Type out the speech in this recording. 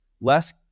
less